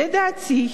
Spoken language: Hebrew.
לדעתי,